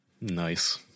Nice